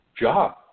job